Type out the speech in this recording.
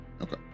Okay